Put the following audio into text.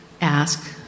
ask